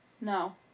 No